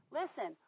listen